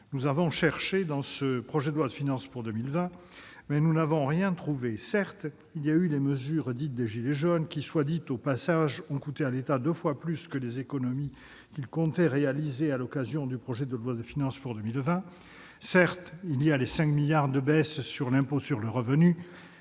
Nous avons cherché, dans ce projet de loi de finances pour 2020, mais nous n'avons rien trouvé. Certes, il y a eu les mesures « gilets jaunes », qui, soit dit au passage, ont coûté à l'État deux fois plus que le montant des économies qu'il comptait réaliser au travers du projet de loi de finances pour 2020. Certes, il y a les 5 milliards d'euros de baisse de l'impôt sur le revenu,